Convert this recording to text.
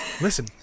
listen